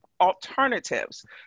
alternatives